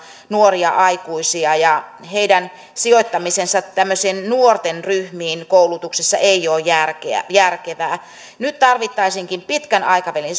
nuoria aikuisia ja heidän sijoittamisensa tämmöisiin nuorten ryhmiin koulutuksessa ei ole järkevää nyt tarvittaisiinkin pitkän aikavälin